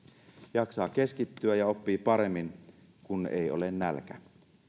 jaksaa keskittyä ja oppii paremmin kun ei ole nälkä